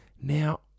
Now